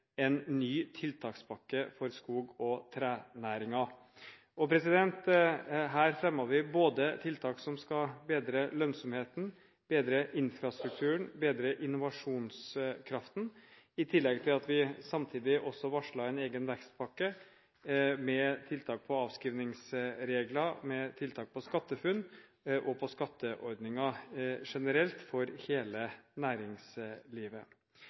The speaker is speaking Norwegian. en ny tiltakspakke for skog- og trenæringen. Her fremmer vi tiltak som skal bedre lønnsomheten, bedre infrastrukturen, bedre innovasjonskraften i tillegg til at vi samtidig varsler en egen vekstpakke med tiltak på avskrivningsregler, med tiltak vedrørende SkatteFUNN og tiltak på skatteordninger generelt for hele næringslivet.